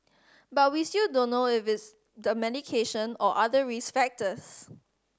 but we still don't know if is medication or other risk factors